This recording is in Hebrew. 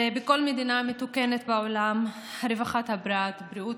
הרי בכל מדינה מתוקנת בעולם רווחת הפרט ובריאות